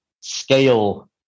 scale